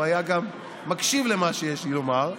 הוא היה גם מקשיב למה שיש לי לומר.